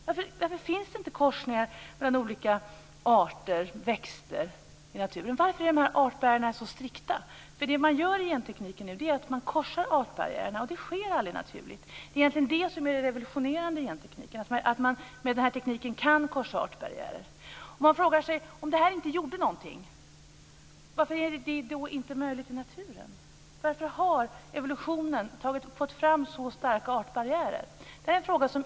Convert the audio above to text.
Varför finns det inte korsningar mellan olika arter och växter i naturen. Varför är artbarriärerna så strikta? Vad man nu gör inom gentekniken är att man korsar artbarriärer. Detta sker aldrig naturligt. Vad som egentligen är så revolutionerande inom gentekniken är att man med denna teknik kan korsa artbarriärer. Om det här inte gjorde någonting, varför skulle det då inte vara möjligt i naturen? Varför har evolutionen fått fram så starka artbarriärer?